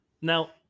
Now